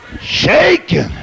shaking